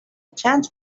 can’t